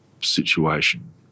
situation